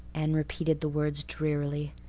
anne repeated the words drearily.